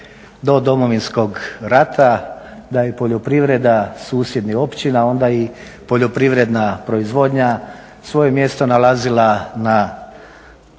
do Domovinskog rata da je poljoprivreda susjednih općina, onda i poljoprivredna proizvodnja svoje mjesto nalazila na